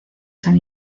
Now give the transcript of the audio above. san